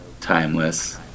timeless